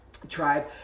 tribe